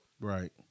Right